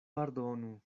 pardonu